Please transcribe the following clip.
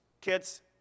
Kids